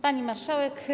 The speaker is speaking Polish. Pani Marszałek!